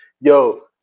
Yo